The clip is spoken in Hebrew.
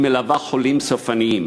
היא מלווה חולים סופניים.